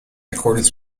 accordance